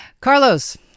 Carlos